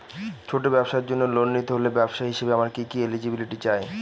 ছোট ব্যবসার জন্য লোন নিতে হলে ব্যবসায়ী হিসেবে আমার কি কি এলিজিবিলিটি চাই?